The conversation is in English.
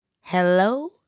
Hello